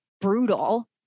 brutal